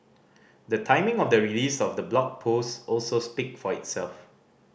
the timing of the release of the blog post also speak for itself